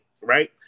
right